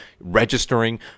Registering